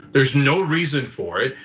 there's no reason for it.